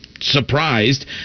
surprised